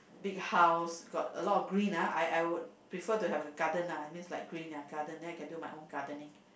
big house got a lot of green ah I I would prefer to have a garden ah I means like green then I can do my own gardening